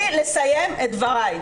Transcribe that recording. תני לי לסיים את דבריי.